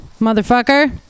motherfucker